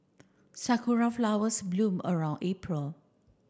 Sakura flowers bloom around April